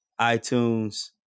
iTunes